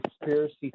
conspiracy